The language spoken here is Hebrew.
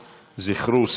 זכרו,